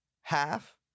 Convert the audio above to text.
Half